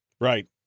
Right